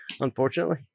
Unfortunately